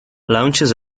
launches